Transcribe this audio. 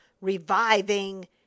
reviving